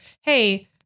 hey